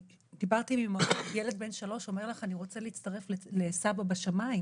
דיברתי עם אימהות שילד בן 3 אומר לך 'אני רוצה להצטרף לסבא בשמיים'